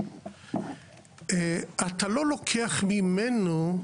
אתה לא לוקח ממנו,